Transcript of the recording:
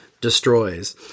destroys